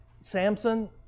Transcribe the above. Samson